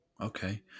okay